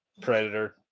Predator